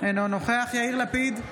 אינו נוכח יאיר לפיד,